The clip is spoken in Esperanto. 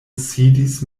sidis